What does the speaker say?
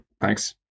Thanks